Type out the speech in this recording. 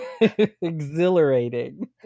exhilarating